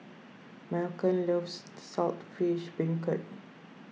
Malcom loves Salt fish Beancurd